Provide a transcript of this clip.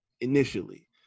initially